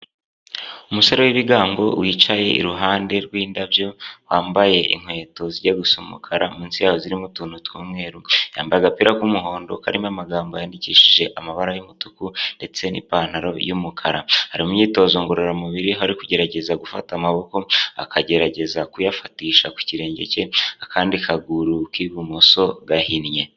Umusore w'ibigango wicaye iruhande rw'indabyo wambaye inkweto zijya gusa umukara, munsi yazo zirimo utuntu tw'umweru, yambaye agapira k'umuhondo karimo amagambo yandikishije amabara y'umutuku ndetse n'ipantaro y'umukara, ari mu myitozo ngororamubiri, aho ari kugerageza gufata amaboko akagerageza kuyafatisha ku kirenge cye akandi kaguru k'ibumoso gahinnye.